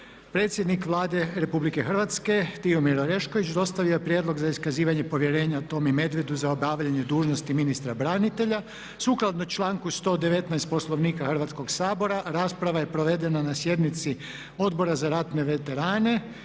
Predsjednik Vlade Republike, Tihomir Orešković dostavio je Prijedlog za iskazivanje povjerenja Tomi Medvedu za obavljanje dužnosti ministra branitelja. Sukladno članku 119. Poslovnika Hrvatskoga sabora rasprava je provedena na sjednici Odbora za ratne veterane.